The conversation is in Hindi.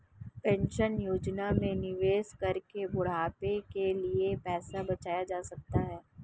पेंशन योजना में निवेश करके बुढ़ापे के लिए पैसा बचाया जा सकता है